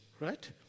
right